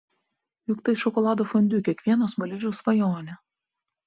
juk tai šokolado fondiu kiekvieno smaližiaus svajonė